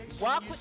Walk